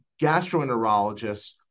gastroenterologists